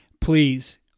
Please